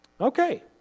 Okay